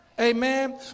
Amen